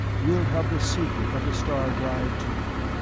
we'll have the secret of the star-drive, too!